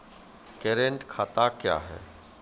Current खाता क्या हैं?